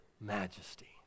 majesty